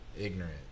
Ignorant